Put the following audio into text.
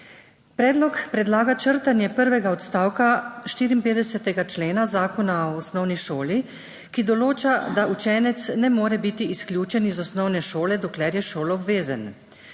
Predlog predlaga črtanje prvega odstavka 54. člena Zakona o osnovni šoli, ki določa, da učenec ne more biti izključen iz osnovne šole, dokler je šoloobvezen.